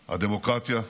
הדמוקרטיה,